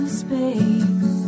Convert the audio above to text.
space